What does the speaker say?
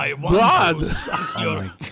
blood